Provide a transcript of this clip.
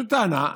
זו טענה,